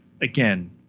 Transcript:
Again